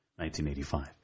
1985